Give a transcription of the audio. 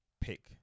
pick